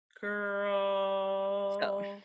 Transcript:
Girl